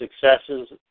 successes